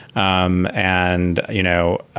um and, you know,